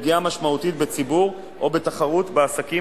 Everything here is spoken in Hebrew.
לפגיעה משמעותית בציבור או בתחרות בעסקים